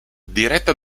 diretta